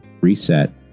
reset